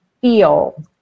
feel